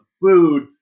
food